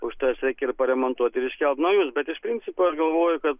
užtai juos reik ir paremontuot ir iškelt naujus bet iš principo aš galvoju kad